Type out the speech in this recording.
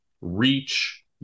reach